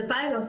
זה פיילוט,